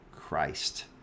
Christ